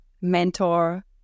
mentor